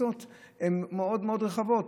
הן מאוד מאוד רחבות,